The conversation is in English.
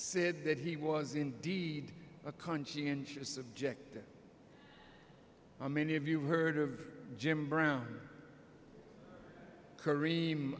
said that he was indeed a conscientious objector how many of you heard of jim brown kareem